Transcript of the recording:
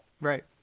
Right